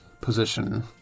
position